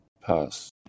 passed